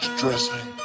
dressing